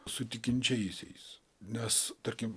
su tikinčiaisiais nes tarkim